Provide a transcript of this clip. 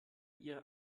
ihr